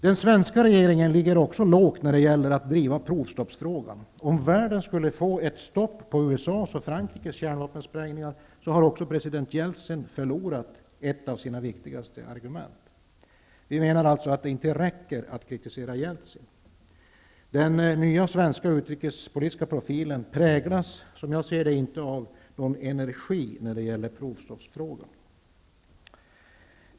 Den svenska regeringen ligger också lågt när det gäller att driva provstoppsfrågan. Om världen skulle få ett stopp på USA:s och Frankrikes kärnvapensprängningar, har också president Jeltsin förlorat ett av sina viktigaste argument. Det räcker inte att kritisera Jeltsin. Den nya svenska utrikespolitiska profilen präglas inte av någon energi när det gäller provstoppsfrågan.